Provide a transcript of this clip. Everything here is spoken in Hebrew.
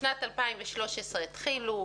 בשנת 2013 התחילו,